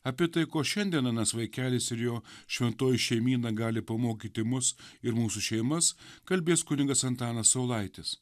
apie tai ko šiandien anas vaikelis ir jo šventoji šeimyna gali pamokyti mus ir mūsų šeimas kalbės kunigas antanas saulaitis